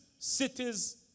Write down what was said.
cities